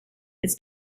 its